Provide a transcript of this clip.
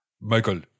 Michael